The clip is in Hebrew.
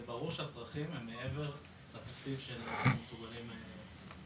זה ברור שהצרכים הם מעבר לתקציב שאנחנו מסוגלים לתת,